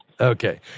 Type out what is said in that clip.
Okay